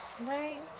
right